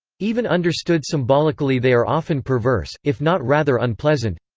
even understood symbolically they are often perverse, if not rather unpleasant.